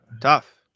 Tough